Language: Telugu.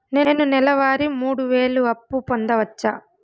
నేను నెల వారి మూడు వేలు అప్పు పొందవచ్చా?